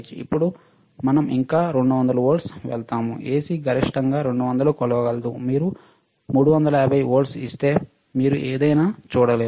ఇప్పుడు మనం ఇంకా 200 వోల్ట్లు వెళ్తాము ఎసి గరిష్టంగా 200 కొలవగలదు మీరు 350 వోల్ట్లు ఇస్తే మీరు ఏదైనా చూడలేరు